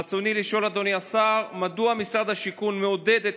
רצוני לשאול: 1. מדוע משרד השיכון מעודד את